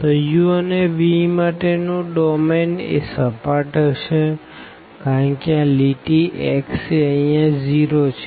તો u અને v માટે નું ડોમેન એ સપાટ હશે કારણ કે આ લીટી x એ અહિયાં 0 છે